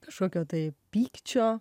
kažkokio tai pykčio